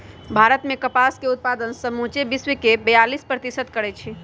भारत मे कपास के उत्पादन समुचे विश्वके बेयालीस प्रतिशत करै छै